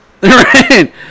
Right